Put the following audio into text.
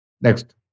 Next